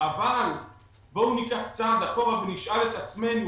אבל בואו ניקח צעד אחורה ונשאל את עצמנו,